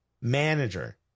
manager